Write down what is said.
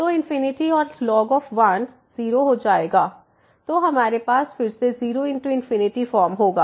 तो और ln 1 0 हो जाएगा तो हमारे पास फिर से 0×∞ फॉर्म होगा